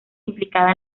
implicada